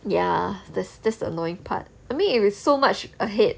ya that's that's the annoying part I mean it if it's so much ahead